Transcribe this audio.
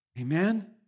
Amen